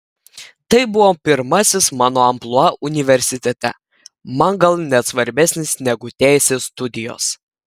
tai buvo pirmasis mano amplua universitete man gal net svarbesnis negu teisės studijos